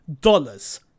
dollars